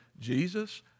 Jesus